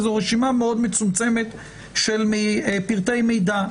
שזו רשימה מאוד מצומצמת של פרטי מידע,